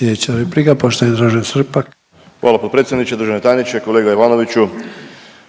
Dražen Srpak. **Srpak, Dražen (HDZ)** Hvala potpredsjedniče. Državni tajniče, kolega Ivanoviću